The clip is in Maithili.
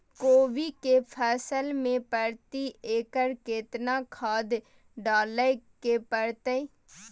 कोबी के फसल मे प्रति एकर केतना खाद डालय के परतय?